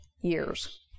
years